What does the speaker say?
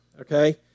Okay